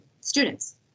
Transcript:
students